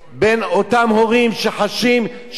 שחשים שגוזלים את ילדיהם,